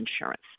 insurance